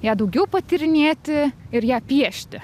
ją daugiau patyrinėti ir ją piešti